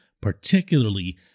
particularly